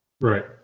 Right